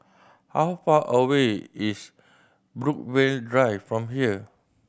how far away is Brookvale Drive from here